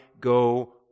go